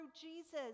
Jesus